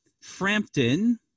Frampton